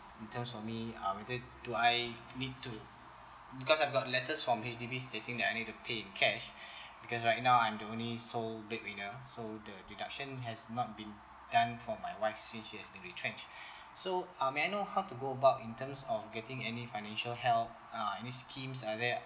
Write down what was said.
in terms for me I wonder do I need to because I've got letters from H_D_B stating that I need to pay in cash because right now I'm the only sole breadwinner so the deduction has not been time for my wife since she has been retrenched so uh may I know how to go about in terms of getting any financial help uh any schemes are there